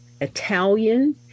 Italian